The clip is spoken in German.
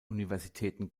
universitäten